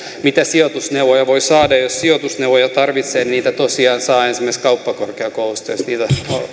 mitä sijoitusneuvoja voi saada jos sijoitusneuvoja tarvitsee niitä tosiaan saa esimerkiksi kauppakorkeakoulusta jos niitä